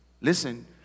Listen